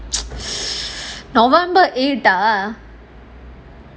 november eighth ah